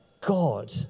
God